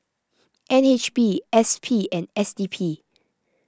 N H B S P and S D P